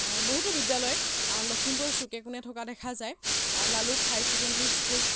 বহুতো বিদ্যালয় লখিমপুৰ চুকে কোণে থকা দেখা যায় লালুক হাই ছেকেণ্ডাৰী স্কুল